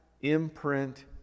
imprint